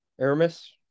Aramis